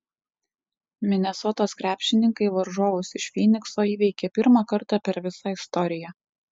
minesotos krepšininkai varžovus iš fynikso įveikė pirmą kartą per visą istoriją